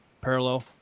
parallel